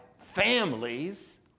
families